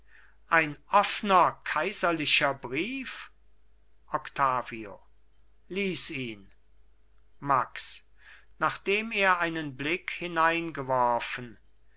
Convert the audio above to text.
ein offner kaiserlicher brief octavio lies ihn max nachdem er einen blick